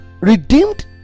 redeemed